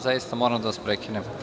Zaista moram da vas prekinem.